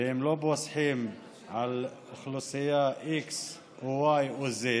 והם לא פוסחים על אוכלוסייה x או y או z.